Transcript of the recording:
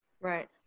Right